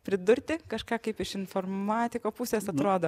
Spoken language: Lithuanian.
pridurti kažką kaip iš informatiko pusės atrodo